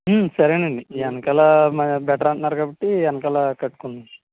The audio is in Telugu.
సరేనండి వెనకాల మరి బెటర్ అంటున్నారు కాబట్టి వెనకాల కట్టుకుందాం